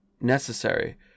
necessary